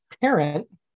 parent